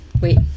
wait